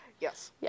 yes